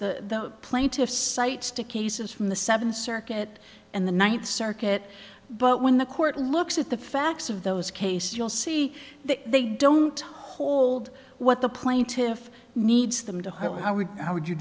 the plaintiffs cites to cases from the seventh circuit and the ninth circuit but when the court looks at the facts of those cases you'll see that they don't hold what the plaintiffs needs them to what i would how would you